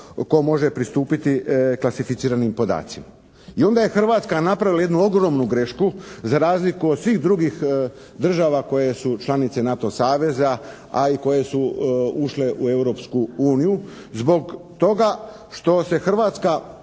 tko može pristupiti klasificiranim podacima. I onda je Hrvatska napravila jednu ogromnu grešku za razliku od svih drugih država koje su članice NATO saveza, a i koje su ušle u Europsko uniju, zbog toga što se Hrvatska